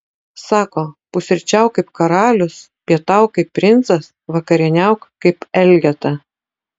sako pusryčiauk kaip karalius pietauk kaip princas vakarieniauk kaip elgeta